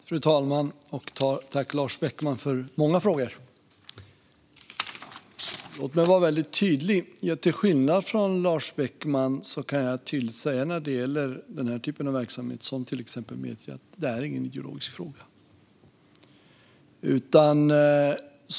Fru talman! Jag tackar Lars Beckman för de många frågorna. När det gäller den typ av verksamhet som exempelvis Metria bedriver kan jag till skillnad från Lars Beckman tydligt säga att det inte är en ideologisk fråga.